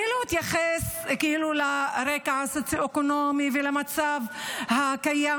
אני לא אתייחס לרקע הסוציו-אקונומי ולמצב הקיים